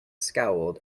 scowled